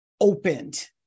opened